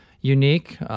unique